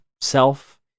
self